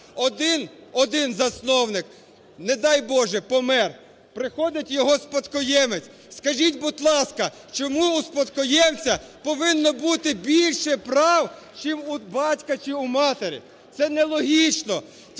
один засновник, не дай, Боже, помер. Приходить його спадкоємець. Скажіть, будь ласка, чому у спадкоємця повинно бути більше прав, чим у батька чи у матері? Це нелогічно.